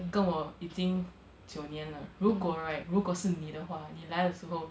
跟我已经九年了如果 right 如果是你的话你来了的时候